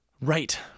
Right